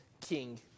king